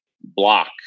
block